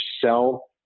sell